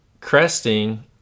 cresting